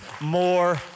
more